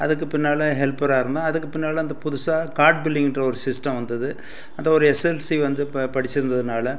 அதுக்கு பின்னால் ஹெல்ப்பராக இருந்தேன் அதுக்கு பின்னால் அந்த புதுசாக காட்பில்லிங்கென்ற ஒரு சிஸ்டம் வந்தது அப்போ ஒரு எஸ்எல்ஸி வந்து இப்போ படிச்சிருந்ததினால